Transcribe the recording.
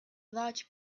large